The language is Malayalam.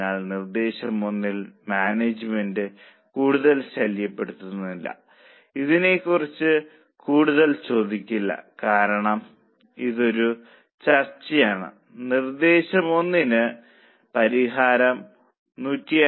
അതിനാൽ നിർദ്ദേശം 1ൽ മാനേജ്മെന്റ് കൂടുതൽ ശല്യപ്പെടുത്തില്ല ഇതിനെക്കുറിച്ച് കൂടുതൽ ചോദിക്കില്ല കാരണം ഇതൊരു ചർച്ചയാണ് നിർദ്ദേശം 1ന്റെ പരിഹാരം 151